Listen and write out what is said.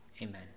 Amen